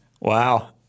Wow